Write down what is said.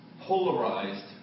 polarized